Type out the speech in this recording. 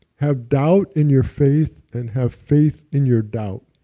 have doubt in your faith and have faith in your doubt,